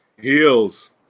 heels